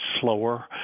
slower